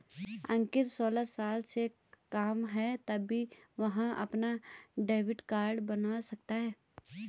अंकित सोलह साल से कम है तब भी वह अपना डेबिट कार्ड बनवा सकता है